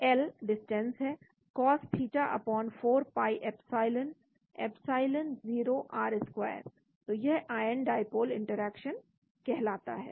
तो q1q2 l distance है cos theta4 pi epsilon epsilon0 r square तो यह आयन डाईपोल इंटरेक्शन कहलाता है